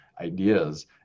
ideas